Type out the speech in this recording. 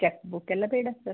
check book ಎಲ್ಲ ಬೇಡ sir